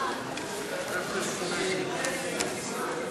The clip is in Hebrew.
כהצעת הוועדה,